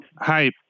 Hi